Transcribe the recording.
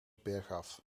bergaf